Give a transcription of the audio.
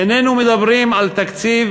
איננו מדברים על תקציב